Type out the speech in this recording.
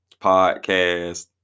podcast